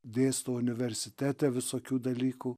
dėsto universitete visokių dalykų